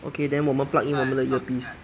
okay then 我们 plug in 我们的 ear piece